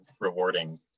rewarding